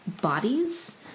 bodies